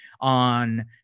on